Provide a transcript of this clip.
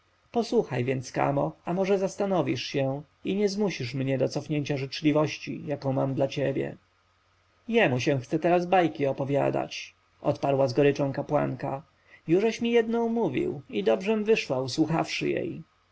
posłuchaj więc kamo a może zastanowisz się i nie zmusisz mnie do cofnięcia życzliwości jaką mam dla ciebie jemu się chce teraz bajki opowiadać odparła z goryczą kapłanka jużeś mi jedną mówił i dobrzem wyszła usłuchawszy jej